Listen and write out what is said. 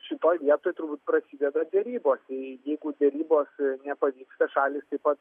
šitoj vietoj turbūt prasideda derybos jeigu derybos nepavyksta šalys taip pat